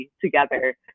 together